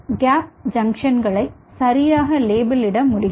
gap junction களை சரியாக லேபிளிட முடியும்